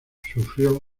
sufrió